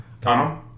Tom